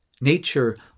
Nature